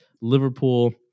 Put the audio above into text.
Liverpool